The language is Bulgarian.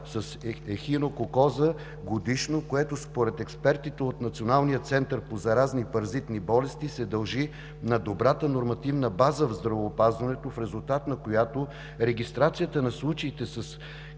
с ехинококоза годишно, което според експертите от Националния център по заразни и паразитни болести се дължи на добрата нормативна база в здравеопазването, в резултат на която регистрацията на случаите с кистна